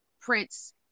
Prince